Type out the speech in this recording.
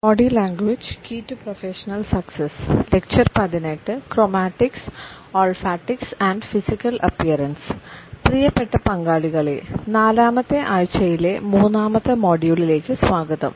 chromatics olfactics and physical appearance പ്രിയപ്പെട്ട പങ്കാളികളെ നാലാമത്തെ ആഴ്ചയിലെ മൂന്നാം മൊഡ്യൂളിലേക്ക് സ്വാഗതം